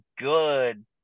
good